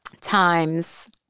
times